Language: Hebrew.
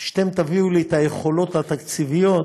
כשאתם תביאו לי את היכולות התקציביות,